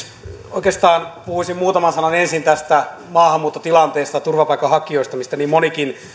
oikeastaan puhuisin muutaman sanan ensin tästä maahanmuuttotilanteesta ja turvapaikanhakijoista mistä niin monikin